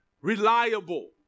reliable